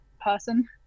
person